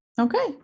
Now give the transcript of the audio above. Okay